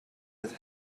with